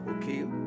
Okay